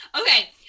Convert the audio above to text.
Okay